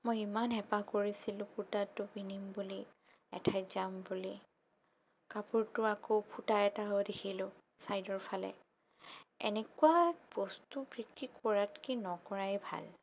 মই ইমান হেঁপাহ কৰিছিলো কুৰ্তাটো পিন্ধিম বুলি এঠাইত যাম বুলি কাপোৰটো আকৌ ফুটা এটাও দেখিলোঁ ছাইদৰ ফালে এনেকুৱা বস্তু বিক্ৰী কৰাতকৈ নকৰাই ভাল